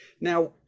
now